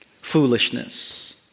foolishness